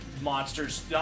monsters